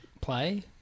play